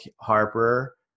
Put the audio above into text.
Harper